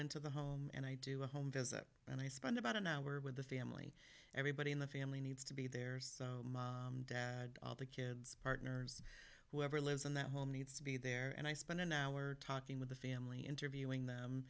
into the home and i do a home visit and i spend about an hour with the family everybody in the family needs to be there so dad the kids partners whoever lives in that home needs to be there and i spend an hour talking with the family interviewing them